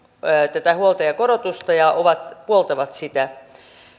tätä huoltajakorotusta ja puoltavat sitä